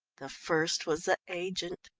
the first was the agent.